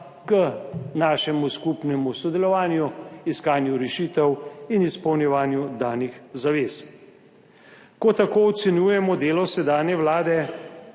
k našemu skupnemu sodelovanju, iskanju rešitev in izpolnjevanju danih zavez. Ko tako ocenjujemo delo sedanje vlade,